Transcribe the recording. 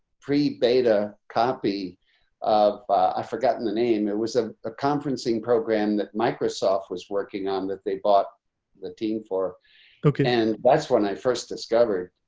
pre beta copy of i forgotten the name. it was a ah conferencing program that microsoft was working on that they bought the team for cooking. and that's when i first discovered,